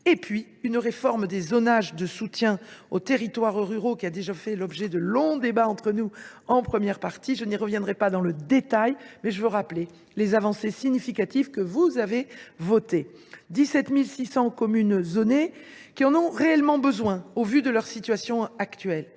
dans la réforme des zonages de soutien aux territoires ruraux, qui a déjà fait l’objet de longs débats entre nous en première partie. Je n’y reviens pas en détail, mais je rappelle les avancées significatives que vous avez adoptées : le zonage de 17 600 communes, qui en ont réellement besoin au regard de leur situation actuelle